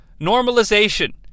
normalization